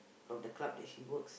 from the club that she works